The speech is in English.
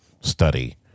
study